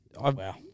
Wow